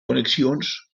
connexions